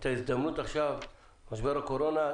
הייתה הזדמנות עכשיו במשבר הקורונה,